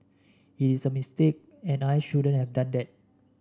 it is a mistake and I shouldn't have done that